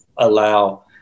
allow